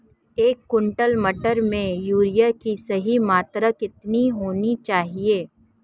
एक क्विंटल मटर में यूरिया की सही मात्रा कितनी होनी चाहिए?